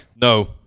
No